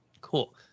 Cool